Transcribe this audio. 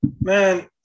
Man